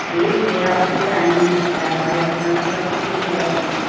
ठीक है आप जो चाहें मिल सकता है हमारे दुकान पर सब कुछ उपलब्ध है